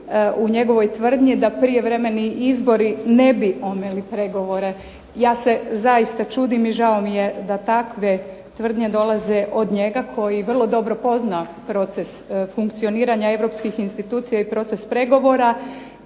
u njegovoj tvrdnji da prijevremeni izbori ne bi omeli pregovore. Ja se zaista čudim i žao mi je da takve tvrdnje dolaze od njega koji vrlo dobro pozna proces funkcioniranja europskih institucija i proces pregovora.